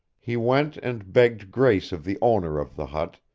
he went and begged grace of the owner of the hut,